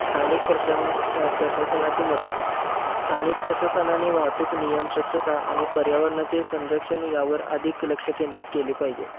स्थानिक प्रश्न प्रशासनाची मदत स्थानिक प्रशासनाने वाहतूक नियम स्वच्छता आणि पर्यावरणाचे संरक्षण यावर अधिक लक्ष केंद्रित केले पाहिजे